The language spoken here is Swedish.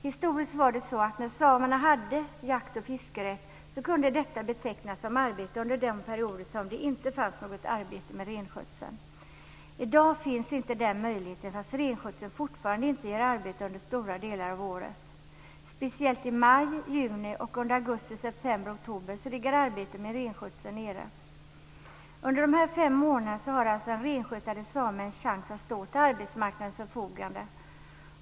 Historiskt var det så att när samerna hade jakt och fiskerätt kunde det betecknas som arbete under de perioder då det inte fanns något arbete med renskötseln. I dag finns inte den möjligheten fastän renskötseln fortfarande inte ger arbete under stora delar av året. Speciellt i maj och juni och under augusti, september och oktober ligger arbetet med renskötseln nere. Under dessa fem månader har alltså en renskötande same chans att stå till arbetsmarknadens förfogande.